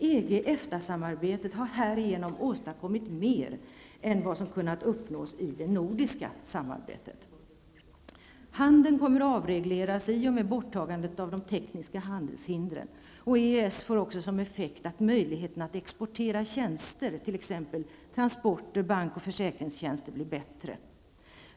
EG--EFTA-samarbetet har härigenom åstadkommit mer än vad som kunnat uppnås i det nordiska samarbetet. Handeln kommer att avregleras i och med borttagandet av de tekniska handelshindren. EES får också som effekt att möjligheterna att exportera tjänster, t.ex. transporter, bank och försäkringstjänster blir bättre.